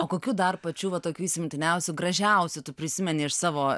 o kokių dar pačių va tokių įsimintiniausių gražiausia tu prisimeni iš savo